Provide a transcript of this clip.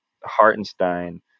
Hartenstein